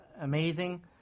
amazing